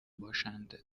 باشند